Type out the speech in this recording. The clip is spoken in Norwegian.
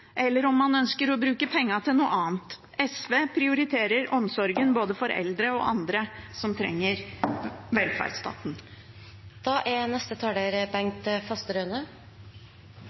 eller om man ønsker å bruke pengene til noe annet. SV prioriterer omsorgen for både eldre og andre som trenger velferdsstaten.